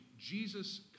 Jesus